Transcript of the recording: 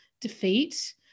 defeat